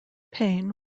payne